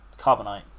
Carbonite